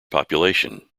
population